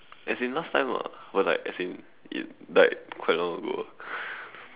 as in last time ah but like as in in like quite long ago